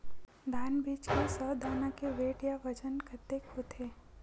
धान बीज के सौ दाना के वेट या बजन कतके होथे?